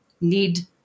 need